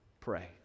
pray